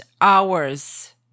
hours